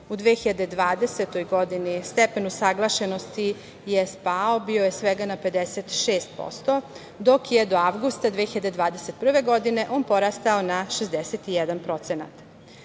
U 2020. godini stepen usaglašenosti je spao i bio je svega na 56%, dok je do avgusta 2021. godine on porastao na